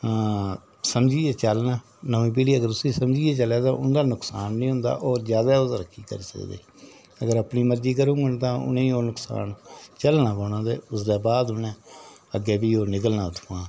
अ समझियै चलना नमीं पीढ़ी अगर उसी समझियै चले ते उं'दा नुकसान निं होंदा होर जादै ओह् तरक्की करी सकदे अगर अपनी मर्जी करुङन तां उ'नें गी ओह् नुकसान झल्लना पौना ते उसदे बाद उ'नें अग्गें बी ओह् निकलना उ'त्थुंआ